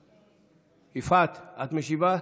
יפעת, את משיבה?